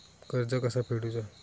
कर्ज कसा फेडुचा?